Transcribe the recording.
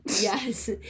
Yes